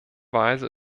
weise